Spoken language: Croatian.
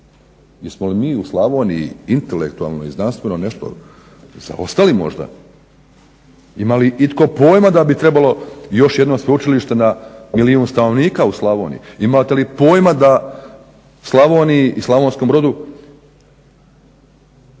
Jesmo li mi u Slavoniji intelektualno i znanstveno nešto zaostali možda? Ima li itko pojma da bi trebalo još jedno sveučilište na milijun stanovnika u Slavoniji? Imate li pojma da Slavoniji i Slavonskom Brodu